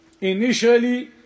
initially